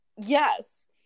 yes